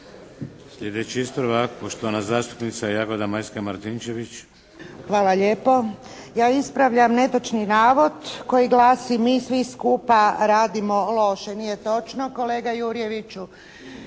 Sljedeći ispravak, poštovana zastupnica Jagoda Majska Martinčević. **Martinčević, Jagoda Majska (HDZ)** Hvala lijepo. Ja ispravljam netočni navod koji glasi mi svi skupa radimo loše. Nije točno kolega Jurjeviću